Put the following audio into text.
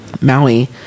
Maui